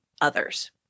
others